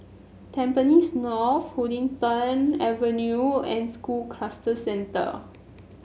Tampines North Huddington Avenue and School Cluster Centre